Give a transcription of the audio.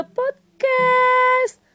podcast